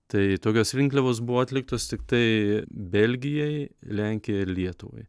tai tokios rinkliavos buvo atliktos tiktai belgijai lenkijai ir lietuvai